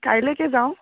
কাইলৈকে যাওঁ